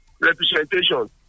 representation